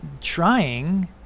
trying